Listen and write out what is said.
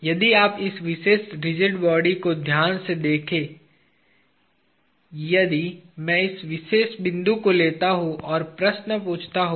यदि आप इस विशेष रिजिड बॉडी को ध्यान से देखें और यदि मैं इस विशेष बिंदु को लेता हूं और प्रश्न पूछता हूं